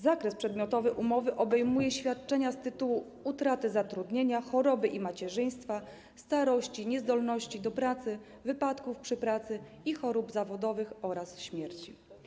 Zakres przedmiotowy umowy obejmuje świadczenia z tytułu utraty zatrudnienia, choroby i macierzyństwa, starości, niezdolności do pracy, wypadków przy pracy i chorób zawodowych oraz śmierci.